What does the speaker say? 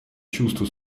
чувство